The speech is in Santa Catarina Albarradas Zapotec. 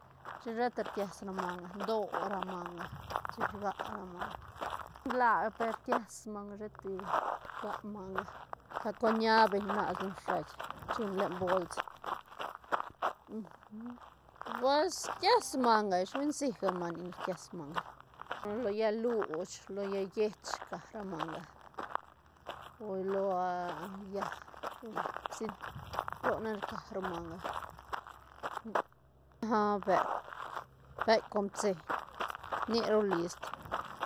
Chic sheta rkies ra manga ndo ra manga chic rga ra manga, nlaa per kies manga sheti rga manga ca kue ña beñ rnas beñ shuait chune len bols pues rkies manga ish hui nsi gal manga nic ne rkies manga lo llaä luch lo llaä yech rca ra manga o lo llaäc- llaä psi roc nac rca ra manga ña beuk- beuk con pitseiñ nic ru list.